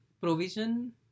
provision